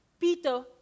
Peter